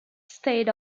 stayed